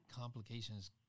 complications